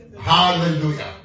hallelujah